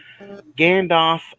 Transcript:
Gandalf